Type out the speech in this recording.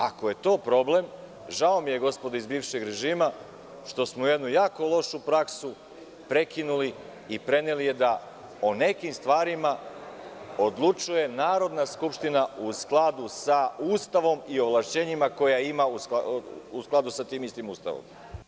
Ako je to problem žao mi je gospodo iz bivšeg režima što smo jednu jako lošu praksu prekinuli i preneli je da o nekim stvarima odlučuje Narodna skupština u skladu sa Ustavom i ovlašćenjima koja ima u skladu sa tim istim Ustavom.